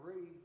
read